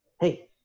hey